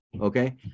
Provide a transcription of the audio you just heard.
okay